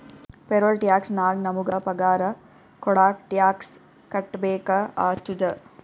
payroll tax ನಾಗ್ ನಮುಗ ಪಗಾರ ಕೊಡಾಗ್ ಟ್ಯಾಕ್ಸ್ ಕಟ್ಬೇಕ ಆತ್ತುದ